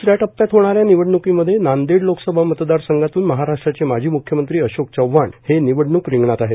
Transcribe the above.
द्रसऱ्या टप्प्यात होणाऱ्या निवडणुकीमध्ये नांदेड लोकसभा मतदारसंघातून महाराष्ट्राचे माजी मुख्यमंत्री अशोक चव्हाण हे निवडणूक रिंगणात आहेत